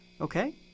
Okay